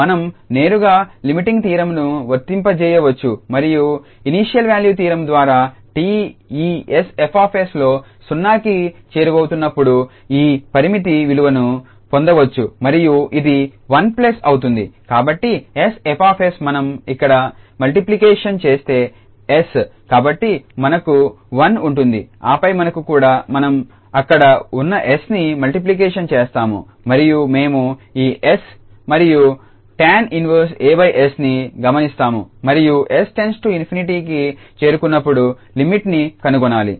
మనం నేరుగా లిమిటింగ్ థీరంను వర్తింపజేయవచ్చు మరియు ఇనీషియల్ వాల్యూ థీరం ద్వారా 𝑡 ఈ 𝑠F𝑠లో 0కి చేరువవుతున్నప్పుడు ఈ పరిమితి విలువను పొందవచ్చు మరియు ఇది 1 ప్లస్ అవుతుంది కాబట్టి 𝑠𝐹𝑠 మనం ఇక్కడ మల్టిప్లికేషన్ చేస్తే 𝑠 కాబట్టి మనకు 1 ఉంటుంది ఆపై ఇక్కడ కూడా మనం అక్కడ ఉన్న 𝑠ని మల్టిప్లికేషన్ చేస్తాముమరియు మేము ఈ 𝑠 మరియు Tan−1𝑎𝑠ని గమనిస్తాము మరియు 𝑠→∞కి చేరుకున్నప్పుడులిమిట్ ని కనుగొనాలి